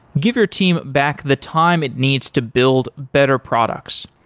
give your team back the time it needs to build better products.